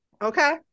Okay